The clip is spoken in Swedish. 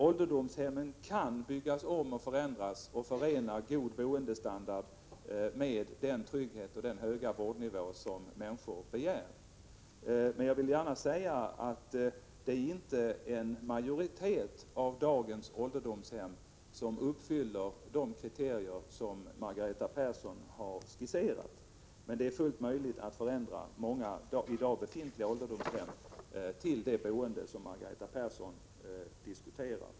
Ålderdomshemmen kan byggas om och förändras så att de förenar god boendestandard med den trygghet och den höga vårdnivå som människor begär. Jag vill dock gärna säga att det inte är en majoritet av dagens ålderdomshem som uppfyller de kriterier Margareta Persson har skisserat, men det är fullt möjligt att förändra många i dag befintliga ålderdomshem till det boende som Margareta Persson diskuterar.